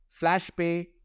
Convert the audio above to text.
Flashpay